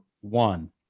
one